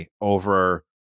over